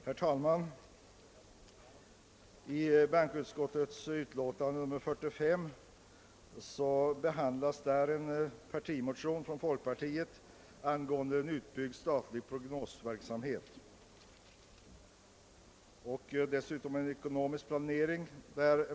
Herr talman! I bankoutskottets utlåtande nr 45 behandlas en partimotion från folkpartiet angående en utbyggd statlig prognosverksamhet och ekonomisk planering.